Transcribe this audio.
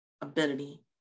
ability